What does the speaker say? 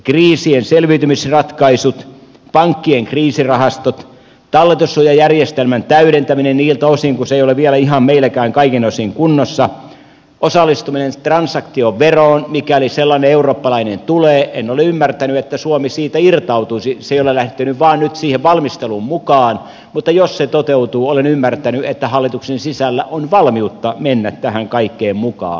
kriisien selviytymisratkaisut pankkien kriisirahastot talletussuojajärjestelmän täydentäminen niiltä osin kuin se ei ole vielä ihan meilläkään kaikin osin kunnossa osallistuminen transaktioveroon mikäli sellainen eurooppalainen tulee en ole ymmärtänyt että suomi siitä irtautuisi se ei ole lähtenyt vain nyt siihen valmisteluun mukaan mutta jos se toteutuu olen ymmärtänyt että hallituksen sisällä on valmiutta mennä tähän kaikkeen mukaan